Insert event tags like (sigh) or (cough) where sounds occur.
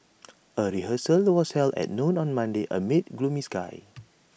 (noise) A rehearsal was held at noon on Monday amid gloomy sky